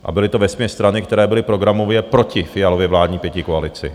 A byly to vesměs strany, které byly programově proti Fialově vládní pětikoalici.